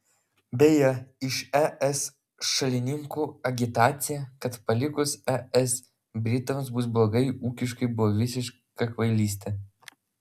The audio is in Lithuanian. beje ir es šalininkų agitacija kad palikus es britams bus blogai ūkiškai buvo visiška kvailystė